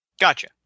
gotcha